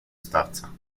starca